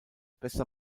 bester